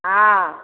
हाँ